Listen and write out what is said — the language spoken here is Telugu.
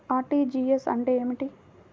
అర్.టీ.జీ.ఎస్ అంటే ఏమిటి?